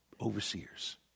overseers